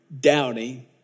doubting